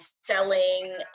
selling